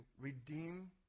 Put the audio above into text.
redeem